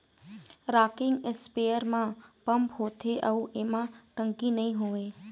rocking spare म pump होथे अउ एमा टंकी नइ होवय